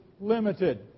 limited